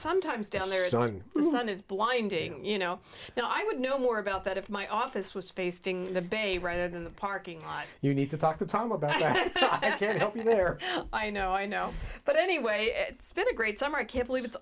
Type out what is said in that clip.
sometimes down there is something on his blinding you know now i would know more about that if my office was facing the bay rather than the parking lot you need to talk to tom about there i know i know but anyway it's been a great summer i can't believe it's